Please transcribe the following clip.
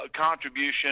contribution